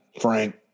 Frank